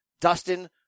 Dustin